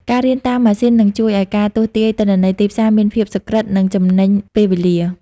ការរៀនតាមម៉ាស៊ីននឹងជួយឱ្យការទស្សន៍ទាយនិន្នាការទីផ្សារមានភាពសុក្រិត និងចំណេញពេលវេលា។